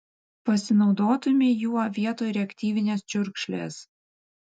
pasinaudotumei juo vietoj reaktyvinės čiurkšlės